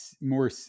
more